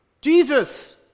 Jesus